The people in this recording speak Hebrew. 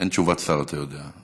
אין תשובת שר, אתה יודע.